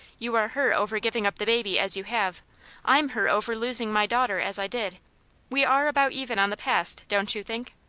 you are hurt over giving up the baby as you have i'm hurt over losing my daughter as i did we are about even on the past, don't you think?